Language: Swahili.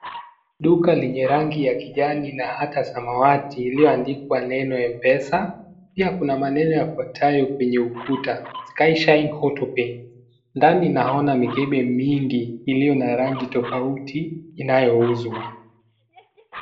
Duka lenye rangi ya kijani na hata samawati iliyoandikwa neno mpesa ,pia kuna maneno yafuatayo kwenye ukuta skyshine auto pay ndani naona mikebe mingi iliyo na rangi tofauti inayouzwa.